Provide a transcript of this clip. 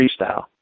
freestyle